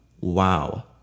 Wow